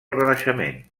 renaixement